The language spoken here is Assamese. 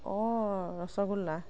অ' ৰসগোল্লা